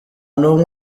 n’umwe